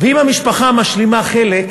אם המשפחה משלימה חלק,